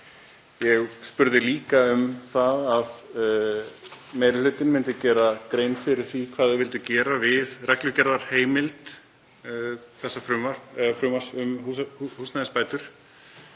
Ég spurði líka um hvort meiri hlutinn myndi gera grein fyrir því hvað þau vildu gera við reglugerðarheimild frumvarps um húsnæðisbætur